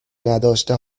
نداشته